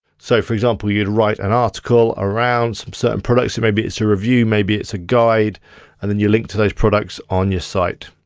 so for example, you'd write an article around certain products, maybe it's a review, maybe it's a guide and then you link to those products on your site.